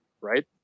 right